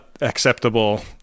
acceptable